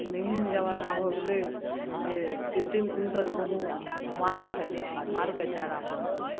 एखन एहन जमाना भऽ गेलै जे तीन तीन कुण्टल गहुँम माल खाइत छै मालके चारामे जाइत छै